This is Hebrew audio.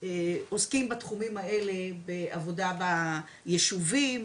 עוסקים בתחומים האלה בעבודה בישובים,